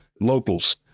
locals